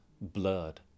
blurred